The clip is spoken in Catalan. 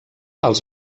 els